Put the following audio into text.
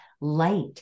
light